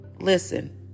listen